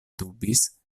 dubis